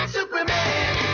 Superman